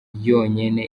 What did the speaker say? yonyene